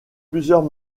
plusieurs